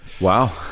wow